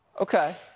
okay